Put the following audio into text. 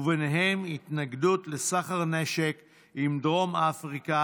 וביניהם התנגדות לסחר נשק עם דרום אפריקה